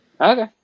Okay